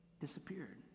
disappeared